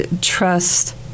trust